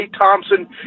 Thompson